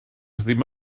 ddim